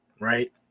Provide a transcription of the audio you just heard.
right